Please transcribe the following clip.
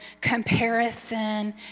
comparison